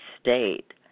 state